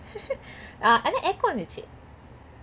ஆனா:aana aircon இருந்துச்சு:irunthuchu